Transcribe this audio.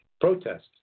protest